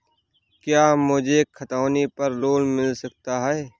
क्या मुझे खतौनी पर लोन मिल सकता है?